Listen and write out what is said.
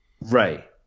Ray